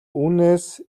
үүнээс